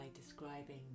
describing